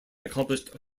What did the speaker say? accomplished